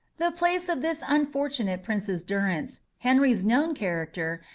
the place of this unfortunate prince's durance, henry's known character,